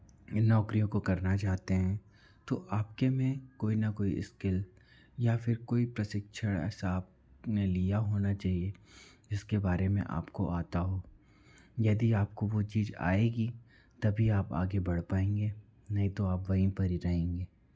इन नौकरियों को करना चाहते हैं तो आपके में कोई न कोई इस्किल या फिर कोई प्रशिक्षण ऐसा आपने लिया होना चाहिए जिसके बारें में आपको आता हो यदि आपको वह चीज़ आएगी तभी आप आगे बढ़ पाएंगे नहीं तो आप वहीं पर ही रहेंगे